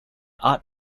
art